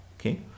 Okay